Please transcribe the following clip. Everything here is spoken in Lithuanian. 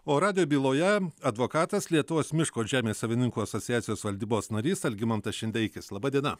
o radijo byloje advokatas lietuvos miško ir žemės savininkų asociacijos valdybos narys algimantas šindeikis laba diena